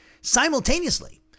Simultaneously